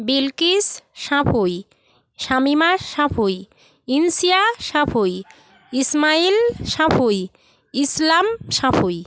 Bilkis Sanpui Samima Sanpui Insia Sanpui Ismail Sanpui Islam Sanpui